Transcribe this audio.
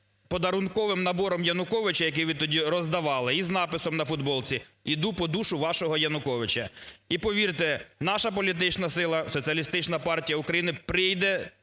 подарунковим набором Януковича, який ви тоді роздавали і з надписом на футболці "Іду по душу вашого Януковича". І повірте, наша політична сила, Соціалістична партія України, прийде